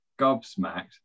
gobsmacked